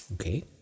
Okay